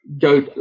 go